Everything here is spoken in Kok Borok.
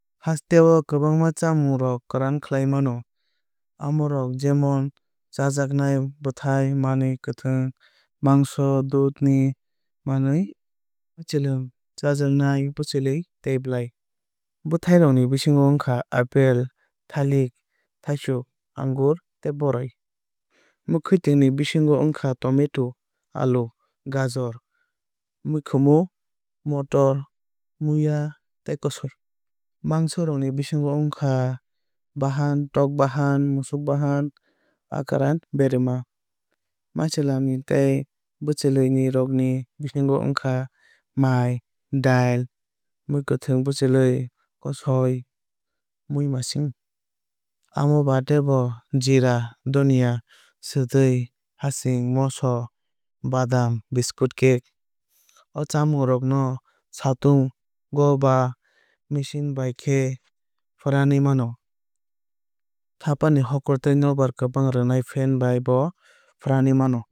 Hasteo kwbangma chamung rokno kwran khlai mano. Amoro jemon chajaknai bwthai mwkhwuitwng mangso dudh ni manwui maichwlam chajaknai bwchwlwui tei blai. Bwthairok ni bisingo wngkha apple thalik thaichuk angoor borrai. Mwkhuitung ni bisingo wngkha tomato alu gajor mikhumu motor muiya kosoi. Mangsorok ni bisingo wngkha wka bahan tok bahan musuk bahan akran berma. Maichwlam tei bwchwlwui rok ni bisingo wngkha mai dal mwkhuitwng bwchwlwui kossoi muimasing. Amo bade bo jeera dhanya swtui haasing moso badam biscuit cakes. O chamung rok no satungo ba machine bai khai fwranwui mano. Thapani ni hokur tei nokbar kwbang rwnai fan bai bo fwranwui mano.